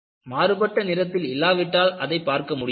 மாறுபட்ட நிறத்தில் இல்லாவிட்டால் அதைப் பார்க்க முடியாது